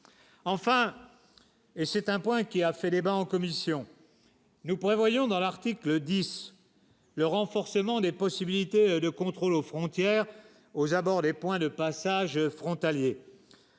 enfin. C'est un point qui a fait débat en commission, nous prévoyons dans l'article 10 le renforcement des possibilités de contrôle aux frontières aux abords des points de passage frontaliers.